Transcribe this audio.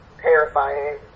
terrifying